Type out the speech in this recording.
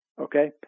Okay